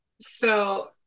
So-